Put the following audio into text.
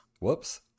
whoops